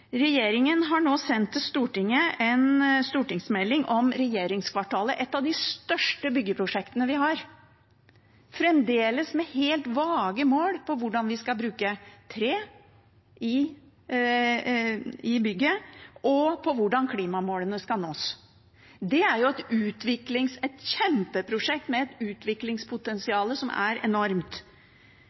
Regjeringen har nå sendt til Stortinget en stortingsmelding om regjeringskvartalet, et av de største byggeprosjektene vi har, fremdeles med helt vage mål for hvordan vi skal bruke tre i bygget, og for hvordan klimamålene skal nås. Det er et kjempeprosjekt, med et utviklingspotensial som er enormt.